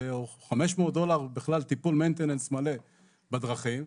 או 500 דולר בכלל טיפול maintenance מלא בדרכים.